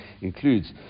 includes